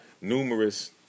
numerous